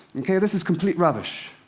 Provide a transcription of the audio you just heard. okay, this is complete rubbish.